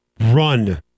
run